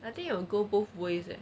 I think you will go both ways eh